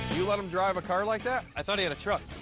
you let him drive a car like that? i thought he had a truck.